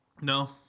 No